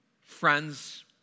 Friends